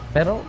Pero